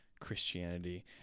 christianity